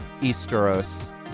Easteros